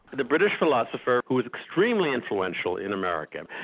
the british philosopher, who was extremely influential in america.